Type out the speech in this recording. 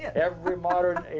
every modern.